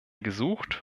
gesucht